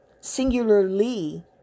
singularly